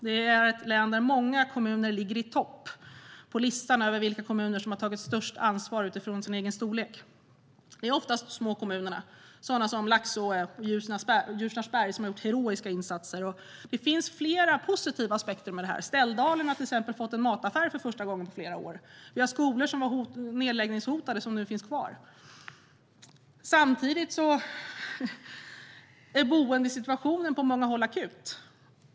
Det är ett län där många kommuner ligger i topp på listan över vilka kommuner som har tagit störst ansvar utifrån sin egen storlek. Det är oftast små kommuner, som Laxå och Ljusnarsberg, som har gjort heroiska insatser. Det finns flera positiva aspekter med detta. Ställdalen har till exempel för första gången på flera år fått en mataffär. Vi har skolor som var nedläggningshotade som nu finns kvar. Samtidigt är boendesituationen akut på många håll.